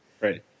right